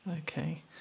Okay